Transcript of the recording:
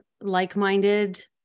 like-minded